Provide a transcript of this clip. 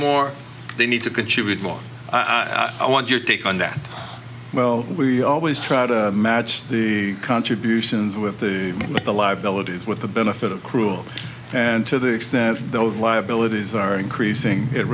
more they need to contribute more i want your take on that well we always try to match the contributions with the the liabilities with the benefit of cruel and to the extent those liabilities are increasing it